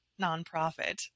nonprofit